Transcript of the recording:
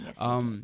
Yes